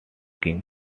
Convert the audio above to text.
king